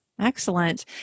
Excellent